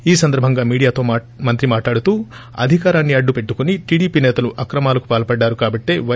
ఈ సందర్భంగా మీడియాతో మంత్రి మాట్లాడుతూ అధికారాన్ని అడ్డుపెట్టుకుని టీడీపీ నేతలు అక్రమాలకు పాల్సడ్లారు కాబట్లే వై